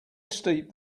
steep